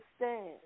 understand